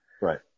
Right